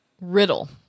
riddle